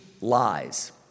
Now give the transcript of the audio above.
lies